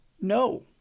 No